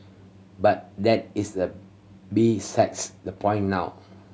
but that is the besides the point now